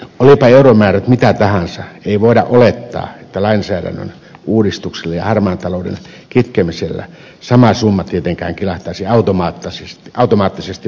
olivatpa euromäärät mitä tahansa ei voida olettaa että lainsäädännön uudistuksella ja harmaan talouden kitkemisellä sama summa tietenkään kilahtaisi automaattisesti valtion verokirstuun